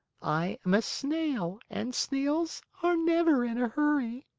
i am a snail and snails are never in a hurry.